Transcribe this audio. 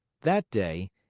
that day,